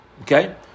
Okay